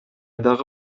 дагы